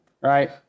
Right